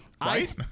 Right